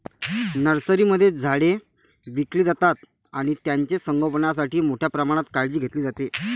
नर्सरीमध्ये झाडे विकली जातात आणि त्यांचे संगोपणासाठी मोठ्या प्रमाणात काळजी घेतली जाते